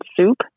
soup